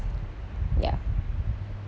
ya